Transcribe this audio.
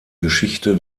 geschichte